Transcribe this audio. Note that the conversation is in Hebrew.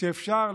שלפיה אפשר,